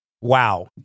Wow